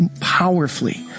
powerfully